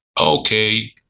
okay